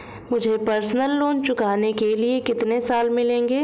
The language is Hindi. मुझे पर्सनल लोंन चुकाने के लिए कितने साल मिलेंगे?